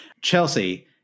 Chelsea